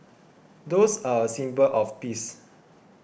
doves are a symbol of peace